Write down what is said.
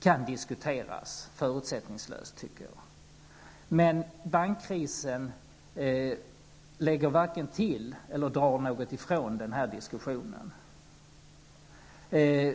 kan diskuteras förutsättningslöst, men bankkrisen varken lägger till eller drar ifrån den här diskussionen någonting.